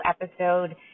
episode